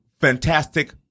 Fantastic